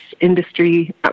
industry